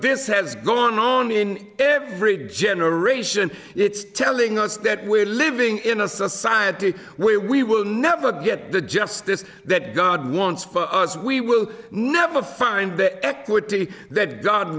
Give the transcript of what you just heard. this has gone on in every generation it's telling us that we're living in a society where we will never get the justice that god wants for us we will never find the equity that god